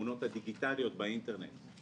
התמונות הדיגיטליות באינטרנט.